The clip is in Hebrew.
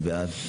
מי בעד?